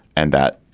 and that,